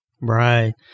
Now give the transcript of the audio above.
right